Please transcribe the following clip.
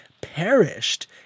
perished